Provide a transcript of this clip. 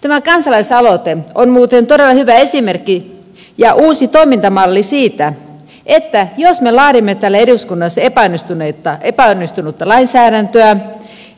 tämä kansalaisaloite on muuten todella hyvä esimerkki ja uusi toimintamalli siitä että jos me laadimme täällä eduskunnassa epäonnistunutta lainsäädäntöä